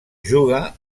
juga